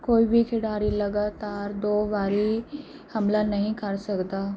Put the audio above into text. ਕੋਈ ਵੀ ਖਿਡਾਰੀ ਲਗਾਤਾਰ ਦੋ ਵਾਰੀ ਹਮਲਾ ਨਹੀਂ ਕਰ ਸਕਦਾ